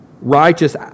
righteous